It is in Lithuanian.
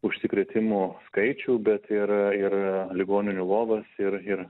užsikrėtimų skaičių bet ir ligoninių lovas ir ir